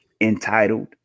entitled